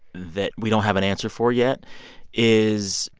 that we don't have an answer for yet is,